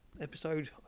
episode